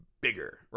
bigger